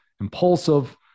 impulsive